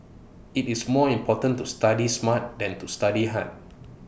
IT is more important to study smart than to study hard